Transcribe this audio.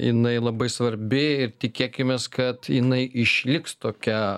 jinai labai svarbi ir tikėkimės kad jinai išliks tokia